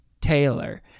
Taylor